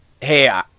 hey